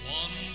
one